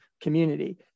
community